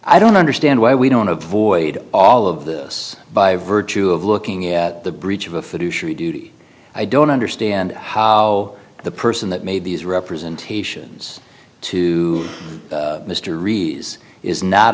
i don't understand why we don't avoid all of this by virtue of looking at the breach of a fiduciary duty i don't understand how the person that made these representations to mysteries is not